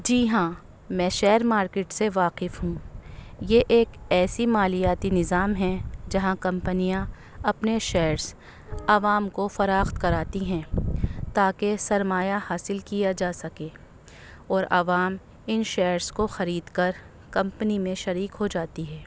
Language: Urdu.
جی ہاں میں شیئر مارکیٹ سے واقف ہوں یہ ایک ایسی مالیاتی نظام ہیں جہاں کمپنیاں اپنے شیئرس عوام کو فروخت کراتی ہیں تاکہ سرمایہ حاصل کیا جا سکے اور عوام ان شیئرس کو خرید کر کمپنی میں شریک ہو جاتی ہے